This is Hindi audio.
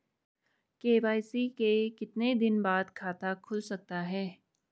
के.वाई.सी के कितने दिन बाद खाता खुल सकता है?